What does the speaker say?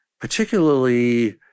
particularly